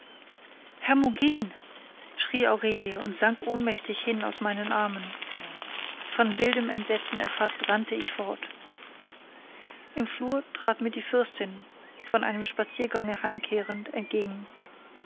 hermogen schrie aurelie und sank ohnmächtig hin aus meinen armen von wildem entsetzen erfaßt rannte ich fort im flur trat mir die fürstin von einem spaziergange heimkehrend entgegen